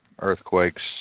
Earthquakes